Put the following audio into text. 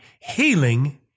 healing